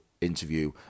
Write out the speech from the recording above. interview